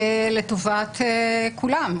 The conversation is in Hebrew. לטובת כולם.